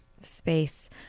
space